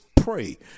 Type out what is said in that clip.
pray